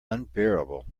unbearable